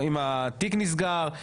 עם התיק נסגר,